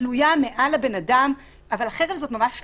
שתלויה מעל הבן אדם, החרב הזאת ממש תלויה.